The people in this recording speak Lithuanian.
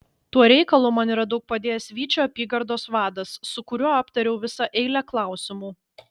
tuo reikalu man yra daug padėjęs vyčio apygardos vadas su kuriuo aptariau visą eilę klausimų